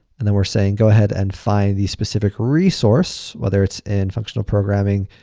and then we're saying go ahead and find the specific resource whether it's in functional-programming,